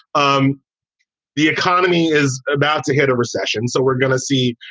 um the economy is about to hit a recession. so we're gonna see,